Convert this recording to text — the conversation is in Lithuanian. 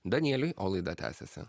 danieliui o laida tęsiasi